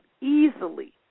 easily